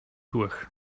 durch